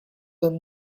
then